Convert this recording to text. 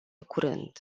curând